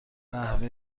قهوه